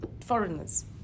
foreigners